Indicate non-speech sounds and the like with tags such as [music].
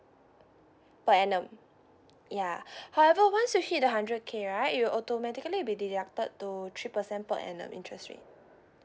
per annum ya [breath] however once you hit the hundred K right you'll automatically be deducted to three percent per annum interest rate